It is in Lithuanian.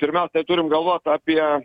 pirmiausia turim galvot apie